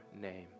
name